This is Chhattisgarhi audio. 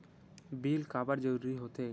बिल काबर जरूरी होथे?